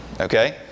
okay